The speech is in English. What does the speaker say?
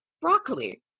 broccoli